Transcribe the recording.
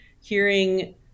hearing